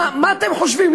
מה אתם חושבים?